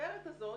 שהגברת הזאת,